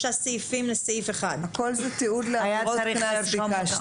הכול זה תיעוד לעבירות קנס.